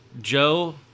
Joe